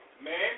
Man